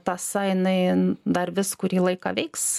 tąsa jinai dar vis kurį laiką veiks